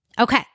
Okay